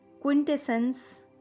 quintessence